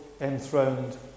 enthroned